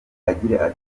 agira